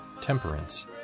temperance